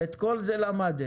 ואת כל זה למדת?